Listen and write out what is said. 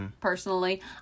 personally